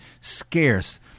scarce